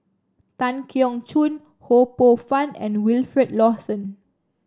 Tan Keong Choon Ho Poh Fun and Wilfed Lawson